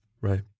Right